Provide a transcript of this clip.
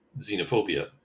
xenophobia